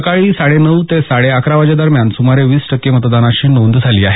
सकाळी साडे नऊ ते साडे अकरा वाजेदरम्यान सुमारे वीस टक्के मतदानाची इथं नोंद झाली आहे